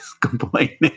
complaining